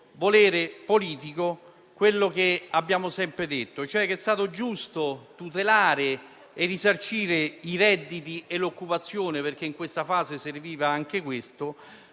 volere politico ciò che abbiamo sempre detto e, cioè, che è stato giusto tutelare e risarcire i redditi e l'occupazione perché in questa fase serviva anche questo,